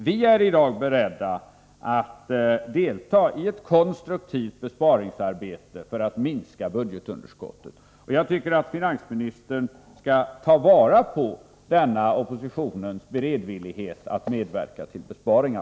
Vi är i dag beredda att delta i ett konstruktivt besparingsarbete för att minska budgetunderskottet. Jag tycker att finansministern skall ta vara på denna oppositionens beredvillighet att medverka till besparingar.